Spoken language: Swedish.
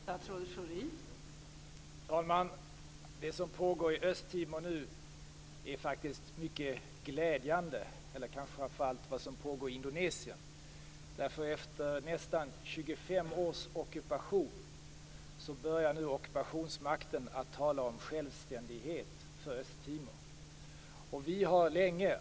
Fru talman! Det som nu pågår i Östtimor och framför allt i Indonesien är faktiskt mycket glädjande. Efter nästan 25 års ockupation börjar nu ockupationsmakten att tala om självständighet för Östtimor.